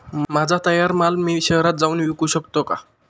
माझा तयार माल मी शहरात जाऊन विकू शकतो का?